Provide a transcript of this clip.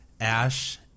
Ash